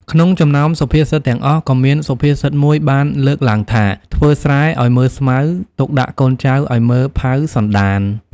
ក្នុងចំណោមសុភាសិតទាំងអស់ក៏មានសុភាសិតមួយបានលើកឡើងថា ធ្វើស្រែឲ្យមើលស្មៅ ទុកដាក់កូនចៅឲ្យមើលផៅសន្តាន។